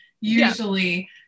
usually